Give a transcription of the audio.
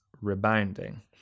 rebounding